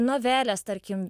novelės tarkim